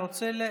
אני שואל.